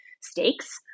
stakes